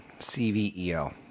C-V-E-O